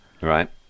Right